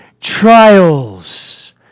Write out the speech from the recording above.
trials